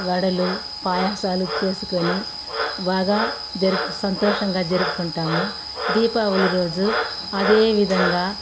వడలు పాయసాలు చేసుకుని బాగా జరిపి సంతోషంగా జరుపుకుంటాము దీపావళి రోజు అదే విధంగా